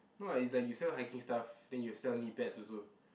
no lah is like you sell hiking stuff then you sell knee pads also